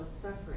suffering